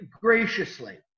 graciously